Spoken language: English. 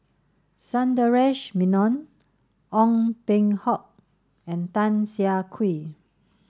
Sundaresh Menon Ong Peng Hock and Tan Siah Kwee